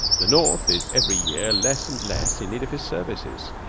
the north is every year less and less in need of his services.